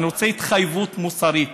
אני רוצה התחייבות מוסרית: